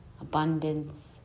abundance